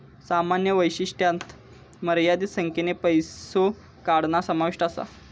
सामान्य वैशिष्ट्यांत मर्यादित संख्येन पैसो काढणा समाविष्ट असा